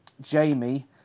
Jamie